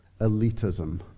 elitism